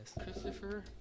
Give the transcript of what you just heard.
Christopher